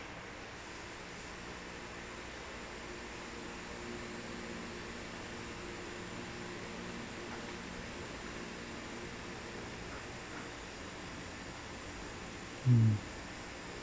mm